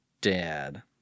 dad